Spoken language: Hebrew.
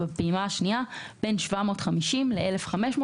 ובפעימה השנייה בין 750 ל-1,500.